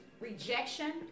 rejection